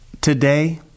Today